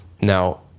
Now